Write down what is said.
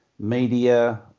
media